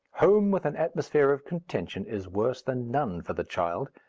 home with an atmosphere of contention is worse than none for the child,